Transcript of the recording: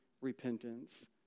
repentance